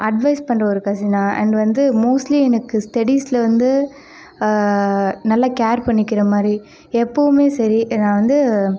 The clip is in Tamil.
அட்வைஸ் பண்ணுற ஒரு கசினாக அண்ட் வந்து மோஸ்ட்லி எனக்கு ஸ்டெடிஸில் வந்து நல்ல கேர் பண்ணிக்கிற மாதிரி எப்போவுமே சரி நான் வந்து